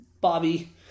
Bobby